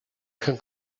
can